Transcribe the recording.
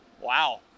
Wow